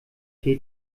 tee